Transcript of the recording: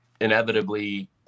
inevitably